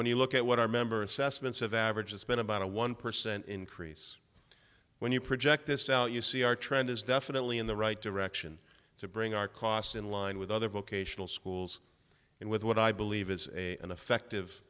when you look at what our members cesspits of average has been about a one percent increase when you project this out you see our trend is definitely in the right direction to bring our costs in line with other vocational schools and with what i believe is a an effective